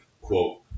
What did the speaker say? quote